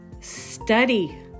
study